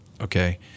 okay